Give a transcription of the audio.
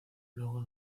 luego